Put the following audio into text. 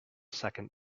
second